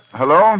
hello